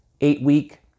eight-week